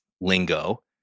lingo